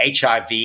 HIV